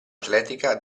atletica